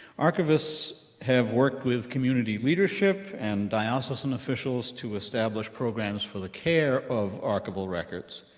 archivists have worked with community leadership and diocesan officials to establish programs for the care of archival records,